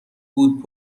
بود